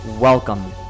Welcome